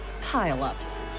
pile-ups